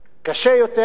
קשה יותר,